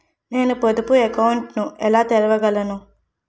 నేను పొదుపు అకౌంట్ను ఎలా తెరవగలను?